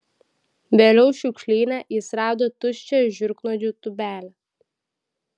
vėliau šiukšlyne jis rado tuščią žiurknuodžių tūbelę